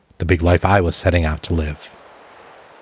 the big life i was setting out to live